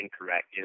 incorrect